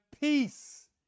peace